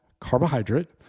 carbohydrate